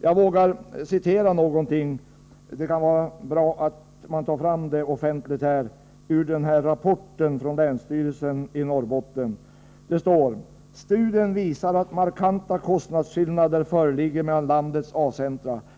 Jag litar helt på dessa uppgifter; de stämmer med all den erfarenhet jag har som norrlänning. Jag vågar citera något ur rapporten från länsstyrelsen i Norrbotten. Det kan vara bra att ta fram vissa uppgifter offentligt. Det står där: ”Studien visar att markanta kostnadsskillnader föreligger mellan landets A-centra.